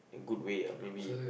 good way ah maybe